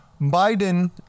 Biden